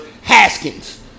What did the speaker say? Haskins